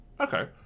okay